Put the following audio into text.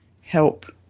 help